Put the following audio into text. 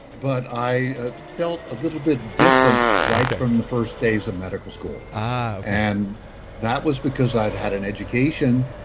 but i felt a little bit different right from the first days of medical school ah, okay and that was because i'd had an education,